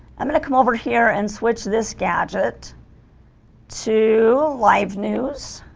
i'm gonna come over here and switch this gadget to live news